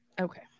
Okay